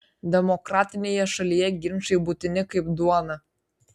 demokratinėje šalyje ginčai būtini kaip duona